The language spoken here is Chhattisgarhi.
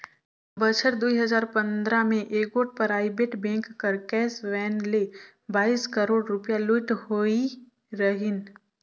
बछर दुई हजार पंदरा में एगोट पराइबेट बेंक कर कैस वैन ले बाइस करोड़ रूपिया लूइट होई रहिन